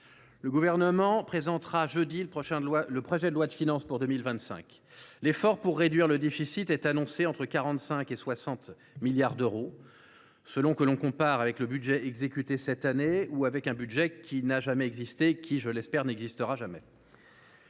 Le Gouvernement présentera jeudi le projet de loi de finances pour 2025. L’effort pour réduire le déficit est annoncé entre 45 et 60 milliards d’euros, selon que l’on compare avec le budget exécuté cette année ou avec un budget qui n’a jamais existé et qui, je l’espère, n’existera jamais…